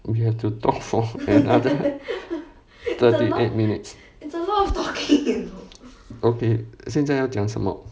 we have to talk for another thirty eight minutes okay 现在要讲什么